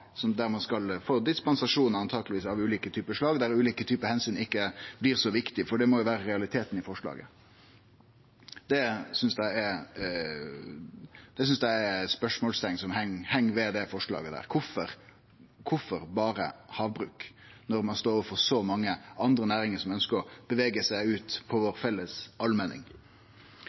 få dispensasjonar av ulike slag, der ulike typar omsyn ikkje blir så viktige? Det må jo vere realiteten i forslaget. Det synest eg er eit spørsmål som heng ved det forslaget der: Kvifor berre havbruk når ein står overfor så mange andre næringar som ønskjer å bevege seg ut på den felles allmenningen vår? SVs utgangspunkt for havbruksnæringa er at vi skal få størst mogleg verdi frå den felles